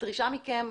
הדרישה מכם,